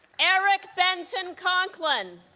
eric benson conklin